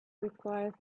required